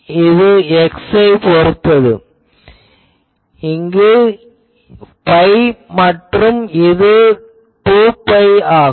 இது X ஐப் பொருத்தது இது பை மற்றும் இது 2பை ஆகும்